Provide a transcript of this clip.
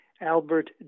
Albert